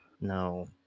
no